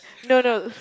no no